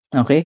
okay